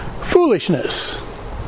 foolishness